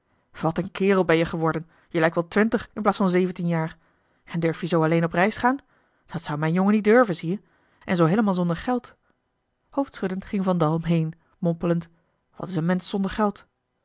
wat een kerel ben je geworden je lijkt wel twintig in plaats van zeventien jaar en durf je zoo alleen op reis gaan dat zou mijn jongen niet durven zie je en zoo heelemaal zonder geld hoofdschuddend ging van dal heen mompelend wat is een mensch zonder geld